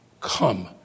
Come